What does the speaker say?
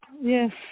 Yes